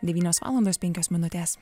devynios valandos penkios minutės